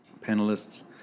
panelists